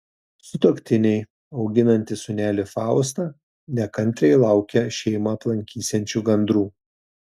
sutuoktiniai auginantys sūnelį faustą nekantriai laukia šeimą aplankysiančių gandrų